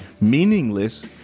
meaningless